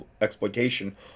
exploitation